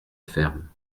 ferme